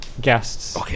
guests